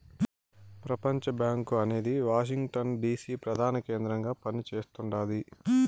ప్రపంచబ్యాంకు అనేది Washington DC ప్రదాన కేంద్రంగా పని చేస్తుండాది